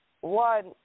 one